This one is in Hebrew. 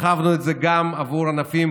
הרחבנו את זה גם עבור ענפים